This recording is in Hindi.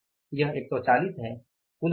यह 140 है कुल राशि